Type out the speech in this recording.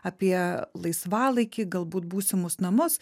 apie laisvalaikį galbūt būsimus namus